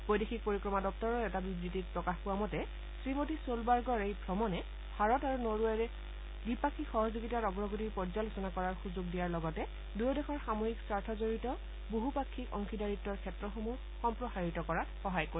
বৈদেশিক পৰিক্ৰমা দপ্তৰৰ এটা বিবৃতিত প্ৰকাশ পোৱা মতে শ্ৰীমতী ছলবাৰ্গৰ এই ভ্ৰমণে ভাৰত আৰু নৰৱেৰ দ্বিপাক্ষিক সহযোগিতাৰ অগ্ৰগতিৰ পৰ্যালোচনা কৰাৰ সুযোগ দিয়াৰ লগতে দুয়ো দেশৰ সামূহিক স্বাৰ্থ জড়িত বহুপাক্ষিক অংশিদাৰিত্বৰ ক্ষেত্ৰসমূহ সম্প্ৰসাৰিত কৰাত সহায় কৰিব